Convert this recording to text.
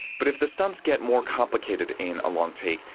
but if the stunts get more complicated in a long take,